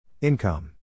Income